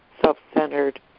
self-centered